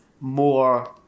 more